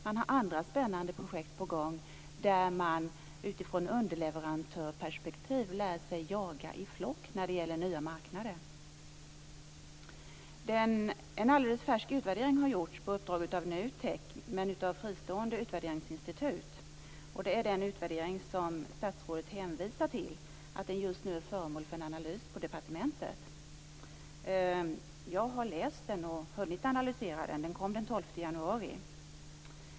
Också andra spännande projekt är på gång där man i ett underleverantörsperspektiv lär sig att jaga i flock när det gäller nya marknader. En alldeles färsk utvärdering har gjorts på uppdrag av NUTEK, men av fristående utvärderingsinstitut. Det är den utvärdering som statsrådet hänvisar till och som hon säger just nu är föremål för en analys på departementet. Jag har läst utvärderingen och har hunnit analysera den. Den kom den 12 januari.